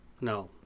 no